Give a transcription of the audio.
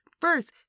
first